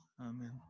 Amen